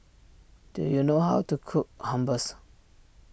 do you know how to cook Hummus